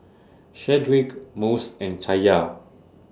Shedrick Mose and Chaya